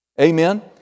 Amen